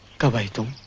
come to